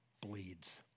bleeds